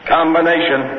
Combination